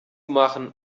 machen